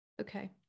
okay